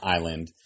Island